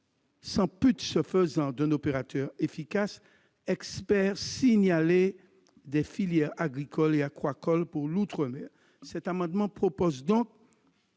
en le supprimant d'un opérateur efficace, expert signalé des filières agricoles et aquacoles pour l'outre-mer. Cet amendement a pour objet